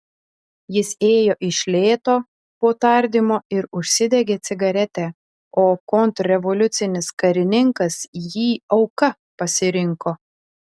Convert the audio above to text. jis ėjo iš lėto po tardymo ir užsidegė cigaretę o kontrrevoliucinis karininkas jį auka pasirinko